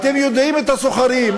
אתם יודעים מי הסוחרים.